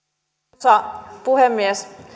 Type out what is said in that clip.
arvoisa puhemies